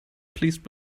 pleased